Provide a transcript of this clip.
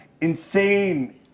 insane